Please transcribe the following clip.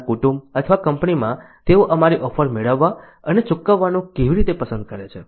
તેમના કુટુંબ અથવા કંપનીમાં તેઓ અમારી ઓફર મેળવવા અને ચૂકવવાનું કેવી રીતે પસંદ કરે છે